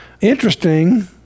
interesting